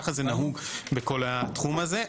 ככה זה נהוג בכל התחום הזה.